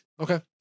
Okay